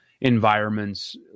environments